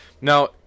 Now